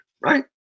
right